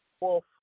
Wolf